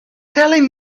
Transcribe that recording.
telling